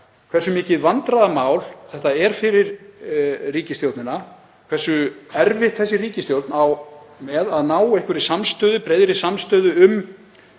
hversu mikið vandræðamál þetta er fyrir ríkisstjórnina, hversu erfitt þessi ríkisstjórn á með að ná einhverri samstöðu, breiðri samstöðu um